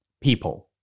People